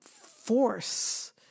force